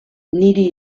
niri